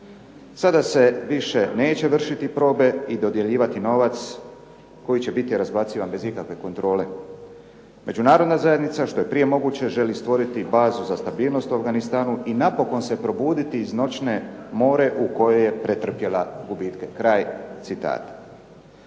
Sada se više neće vršiti probe i dodjeljivati novac koji će biti razbacivan bez ikakve kontrole. Međunarodna zajednica što je prije moguće želi stvoriti bazu za stabilnost u Afganistanu i napokon se probuditi iz noćne more u kojoj je pretrpjela gubitke. Kraj citata.